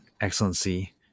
Excellency